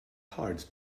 hard